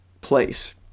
place